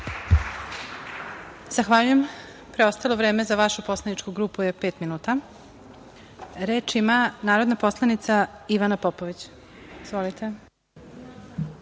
Zahvaljujem. Preostalo vreme za vašu poslaničku grupu je pet minuta. Reč ima narodna poslanica Ivana Popović. Izvolite.